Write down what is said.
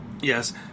Yes